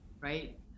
right